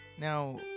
Now